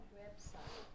website